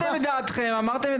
בידיים.